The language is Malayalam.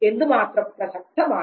എന്തുമാത്രം പ്രസക്തമാണ്